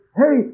hey